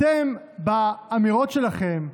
אתם באמירות שלכם,